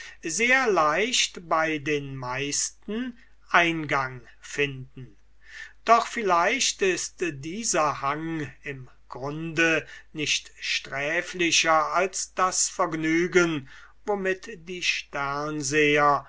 sehr leicht bei den meisten eingang finden doch vielleicht ist dieser hang im grunde nicht sträflicher als das vergnügen womit die